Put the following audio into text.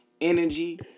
energy